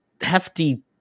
hefty